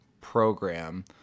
program